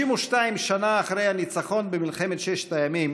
52 שנה אחרי הניצחון במלחמת ששת הימים,